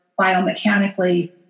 biomechanically